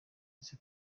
yagize